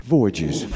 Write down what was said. Voyages